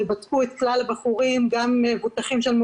זאת אומרת ב-10% יותר מנתח השוק שלנו,